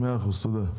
מאה אחוז, תודה.